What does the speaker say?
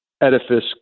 edifice